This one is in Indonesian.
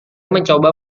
mencoba